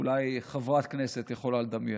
אולי חברת כנסת יכולה לדמיין,